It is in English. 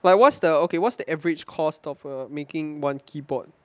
but what's the okay what's the average cost of a making one keyboard